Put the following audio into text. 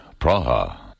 Praha